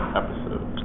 episode